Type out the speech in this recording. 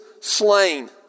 slain